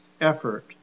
effort